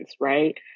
right